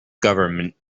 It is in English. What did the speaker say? government